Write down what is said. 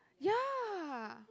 ya